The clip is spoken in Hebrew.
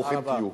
ברוכים תהיו.